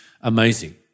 amazing